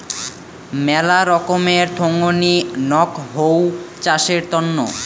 মেলা রকমের থোঙনি নক হউ চাষের তন্ন